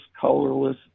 colorless